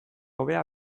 hobea